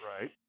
Right